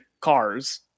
cars